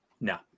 No